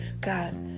God